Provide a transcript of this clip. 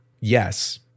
Yes